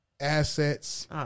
Assets